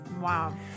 wow